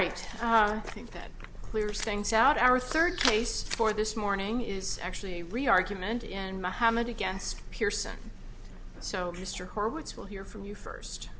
right i think that clears things out our third case for this morning is actually re argument and muhammad against pearson so mr horowitz will hear from you first